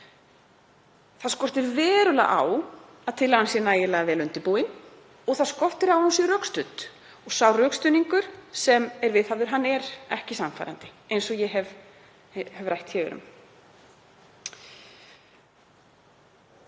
Það skortir verulega á að tillagan sé nægilega vel undirbúin og það skortir á að hún sé rökstudd og sá rökstuðningur sem er viðhafður er ekki sannfærandi, eins og ég hef rætt hér.